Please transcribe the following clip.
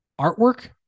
artwork